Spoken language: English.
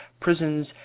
prisons